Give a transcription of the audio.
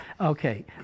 okay